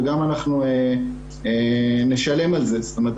ואנחנו גם נשלם על זה כלומר,